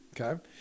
okay